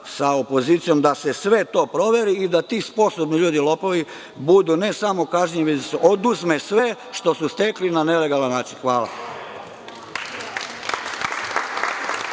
sa opozicijom da se sve to proveri i da ti sposobni ljudi, lopovi budu ne samo kažnjeni, nego da im se oduzme sve što su stekli na nelegalan način. Hvala.